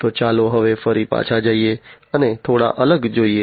તો ચાલો હવે ફરી પાછા જઈએ અને થોડું આગળ જોઈએ